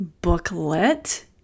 booklet